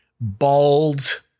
bald